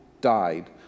died